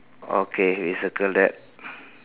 okay we circle that